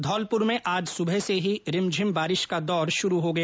धौलपुर में आज सुबह से ही रिमझिम बारिश का दौर शुरू हो गया